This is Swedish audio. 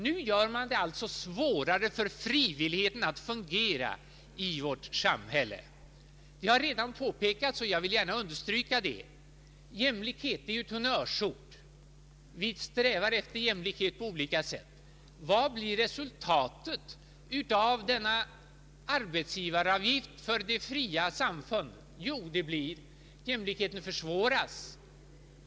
Nu gör man det alltså svårare för frivilligheten att fungera i vårt samhälle. Det har redan påpekats — och jag vill gärna understryka det — att jämlikhet är ett honnörsord. Vi strävar efter jämlikhet på olika sätt. Vad blir resultatet av denna arbetsgivaravgift för de fria samfunden? Jämlikheten försvåras.